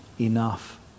enough